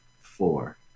Four